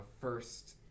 first